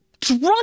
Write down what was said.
drunk